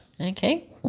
Okay